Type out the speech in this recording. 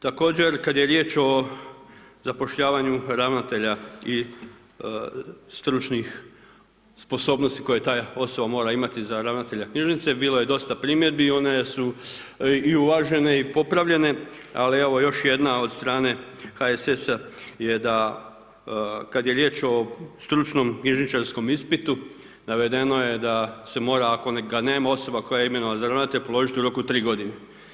Također kad je riječ o zapošljavanju ravnatelja i stručnih sposobnosti koje ta osoba mora imati za ravnatelja knjižnice, bilo je dosta primjedbi, one su i uvažene i popravljene, ali evo još jedna od strane HSS-a je da kad je riječ o stručnom knjižničarskom ispitu, navedeno je da se mora, ako ga nema, osoba koje je imenovana za ravnatelja položiti u roku 3 godine.